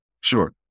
Sure